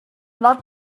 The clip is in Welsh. weld